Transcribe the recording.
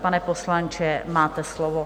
Pane poslanče, máte slovo.